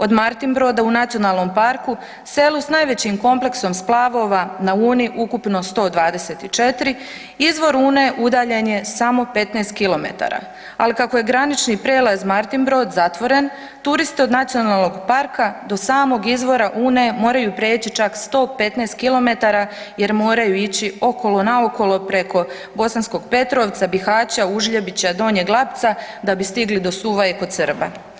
Od Martin Broda u nacionalnom parku, selu s najvećim kompleksom splavova na Uni, ukupno 124, izvor Une udaljen je samo 15 km, ali kako je granični prijelaz Martin Brod zatvoren, turiste od nacionalnog parka do samog izvora Une, moraju preći čak 115 km jer moraju ići okolo, naokolo preko Bosanskog Petrovca, Bihaća, Užljebića, Donjeg Lapca, da bi stigli do Suvaje kod Srba.